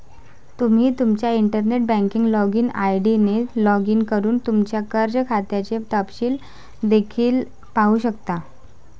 तुम्ही तुमच्या internet banking login ID ने लॉग इन करून तुमच्या कर्ज खात्याचे तपशील देखील पाहू शकता